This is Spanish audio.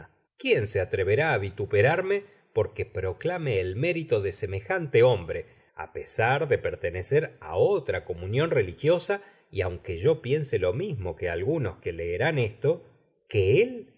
quién se atreverá á vituperarme porque proclame el mérito de semejante hombre á pesar de pertenecer á otra comunion religiosa y aunque yo piense lo mismo que algunos que leerán esto que él